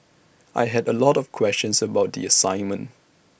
I had A lot of questions about the assignment